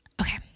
okay